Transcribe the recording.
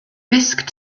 disc